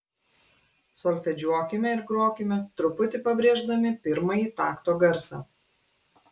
solfedžiuokime ir grokime truputį pabrėždami pirmąjį takto garsą